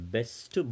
Best